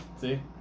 See